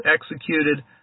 executed